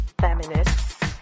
feminist